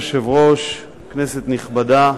אדוני היושב-ראש, כנסת נכבדה,